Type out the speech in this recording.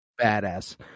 badass